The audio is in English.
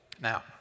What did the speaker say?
now